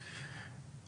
הרי